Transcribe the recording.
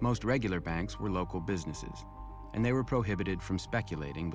most regular banks were local businesses and they were prohibited from speculating